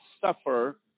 suffer